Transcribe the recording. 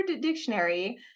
Dictionary